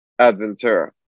adventura